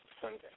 Sunday